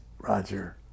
Roger